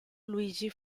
luigi